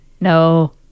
no